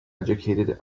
educated